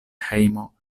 hejmo